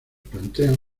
plantean